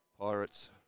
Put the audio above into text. Pirates